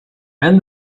and